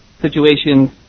situations